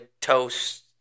toast